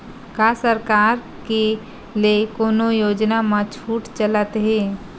का सरकार के ले कोनो योजना म छुट चलत हे?